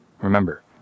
Remember